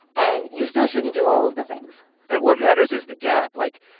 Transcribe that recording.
and you still shouldn't do all of the things and what matters is the gap. like,